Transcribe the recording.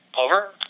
Over